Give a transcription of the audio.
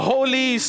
Holy